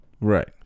Right